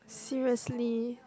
seriously